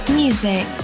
music